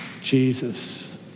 Jesus